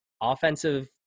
offensive